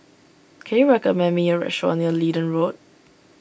can you recommend me a restaurant near Leedon Road